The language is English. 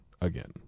again